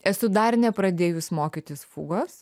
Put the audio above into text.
esu dar nepradėjus mokytis fugos